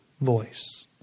voice